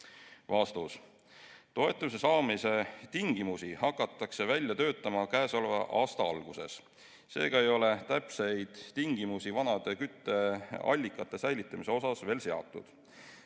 reservi?" Toetuse saamise tingimusi hakatakse välja töötama käesoleva aasta alguses. Seega ei ole täpseid tingimusi vanade kütteallikate säilitamise kohta veel seatud.